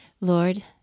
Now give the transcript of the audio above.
Lord